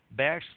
backslash